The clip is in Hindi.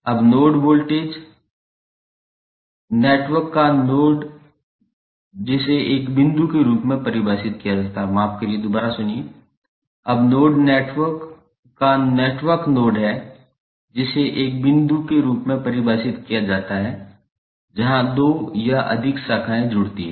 अब नोड नेटवर्क का नेटवर्क नोड है जिसे एक बिंदु के रूप में परिभाषित किया जाता है जहां दो या अधिक शाखाएं जुड़ती हैं